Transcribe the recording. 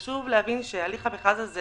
חשוב להבין שהליך המכרז הזה